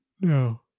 No